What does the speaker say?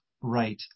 right